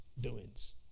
doings